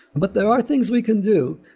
but there are things we can do.